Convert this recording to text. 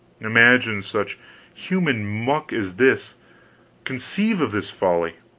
imagine such human muck as this conceive of this folly!